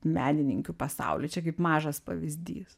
menininkių pasaulyj čia kaip mažas pavyzdys